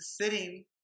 sitting